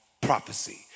prophecy